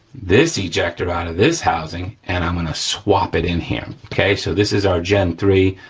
this ejector out of this housing, and i'm gonna swap it in here, okay? so, this is our gen three,